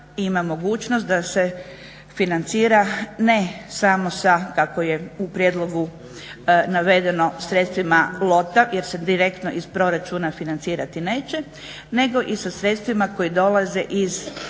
ima mogućnost da se financira ne samo sa kako je u prijedlogu navedeno sredstvima lota jer se direktno iz proračuna financirati neće, nego i sa sredstvima koji dolaze iz